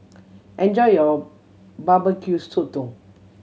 enjoy your Barbecue Sotong